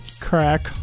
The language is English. Crack